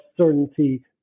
certainty